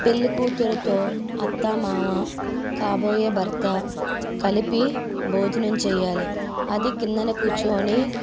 పెళ్ళికూతురుతో అత్త మామ కాబోయే భర్త కలిపి భోజనం చెయ్యాలి అది కిందన కూర్చోని